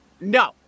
no